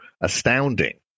astounding